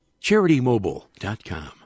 CharityMobile.com